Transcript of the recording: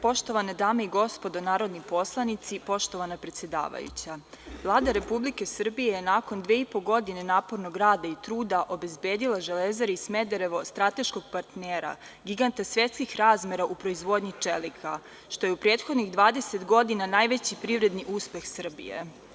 Poštovane dame i gospodo narodni poslanici, poštovana predsedavajuća, Vlada Republike Srbije je nakon dve i po godine napornog rada i truda obezbedila „Železari Smederevo“ strateškog partnera, giganta svetskih razmera u proizvodnji čelika, što je u prethodnih 20 godina najveći privredni uspeh Srbije.